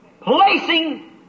placing